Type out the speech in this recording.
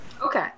Okay